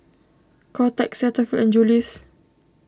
Kotex Cetaphil and Julie's